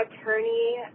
attorney